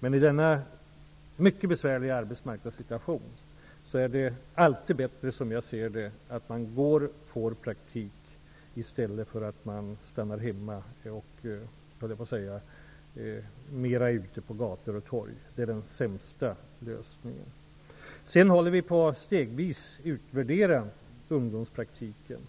Men i denna mycket besvärliga arbetsmarknadssituation är det alltid bättre att få praktik i stället för att stanna hemma eller vara ute på gator och torg. Det är den sämsta lösningen. Vi håller stegvis på att utvärdera ungdomspraktiken.